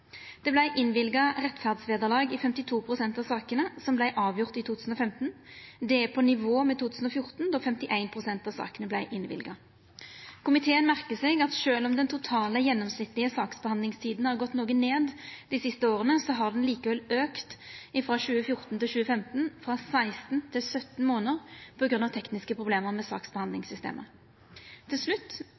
Det vart innvilga rettferdsvederlag i 52 pst. av sakene som vart avgjorde i 2015. Det er på nivå med 2014, då 51 pst. av sakene vart innvilga. Komiteen merkar seg at sjølv om den totale gjennomsnittlege saksbehandlingstida har gått noko ned dei siste åra, har ho likevel auka frå 2014 til 2015 frå 16 til 17 månader på grunn av tekniske problem med saksbehandlingssystema. Til slutt: